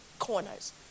corners